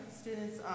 Students